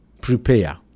Prepare